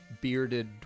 bearded